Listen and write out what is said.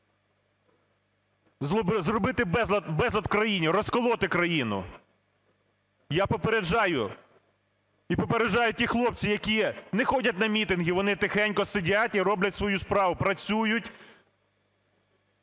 Зробити безлад у країні, розколоти країну. Я попереджаю і попереджають ті хлопці, які не ходять на мітинги. Вони тихенько сидять і роблять свою справу, працюють,